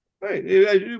right